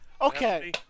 Okay